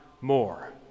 More